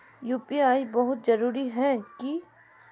UPI बहुत जरूरी है की?